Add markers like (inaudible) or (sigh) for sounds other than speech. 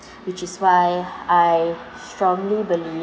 (breath) which is why I strongly believe